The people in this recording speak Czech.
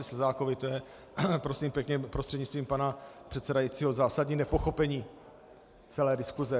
To je prosím pěkně, prostřednictvím pana předsedajícího, zásadní nepochopení celé diskuse.